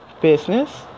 business